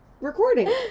recording